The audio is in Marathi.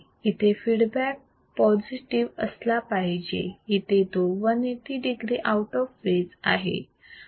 इथे फीडबॅक पॉझिटिव्ह असला पाहिजे इथे तो 180 degree आऊट ऑफ फेज आहे